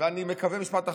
משפט אחרון.